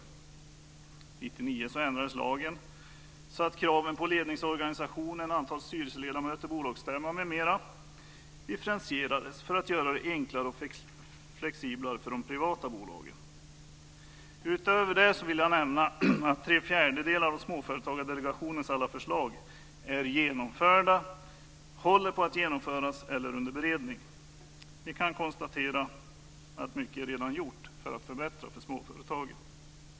År 1999 ändrades lagen, så att kraven på ledningsorganisation, antal styrelseledamöter, bolagsstämma m.m. differentierades för att göra det enklare och flexiblare för de privata bolagen. Utöver det vill jag nämna att tre fjärdedelar av Småföretagardelegationens alla förslag är genomförda, håller på att genomföras eller är under beredning. Vi kan konstatera att mycket redan är gjort för att förbättra för småföretagen.